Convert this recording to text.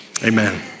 Amen